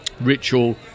ritual